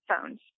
phones